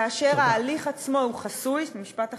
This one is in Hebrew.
כאשר ההליך עצמו הוא חסוי, משפט אחרון.